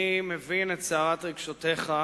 אני מבין את סערת רגשותיך,